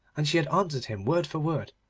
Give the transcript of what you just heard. and she had answered him word for word.